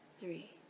three